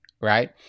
right